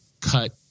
cut